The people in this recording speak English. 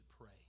pray